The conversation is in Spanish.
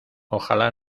ojalá